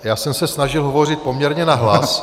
Já jsem se snažil hovořit poměrně nahlas.